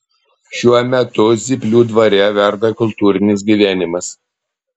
šiuo metu zyplių dvare verda kultūrinis gyvenimas